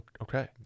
Okay